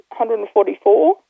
144